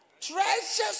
treasures